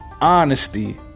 honesty